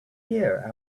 hear